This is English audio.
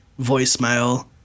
voicemail